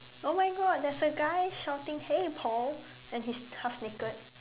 oh my god there's a guy shouting hey Paul and he's half naked